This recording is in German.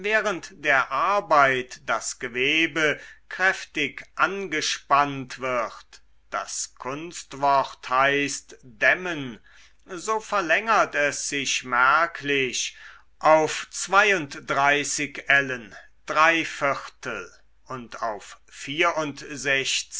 der arbeit das gewebe kräftig angespannt wird das kunstwort heißt dämmen so verlängert es sich merklich auf zwei ellen und auf